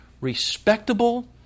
respectable